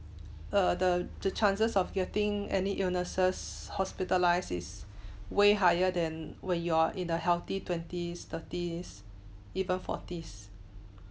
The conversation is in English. err the the chances of getting any illnesses hospitalised is way higher than when you're in a healthy twenties thirties even forties